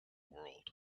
world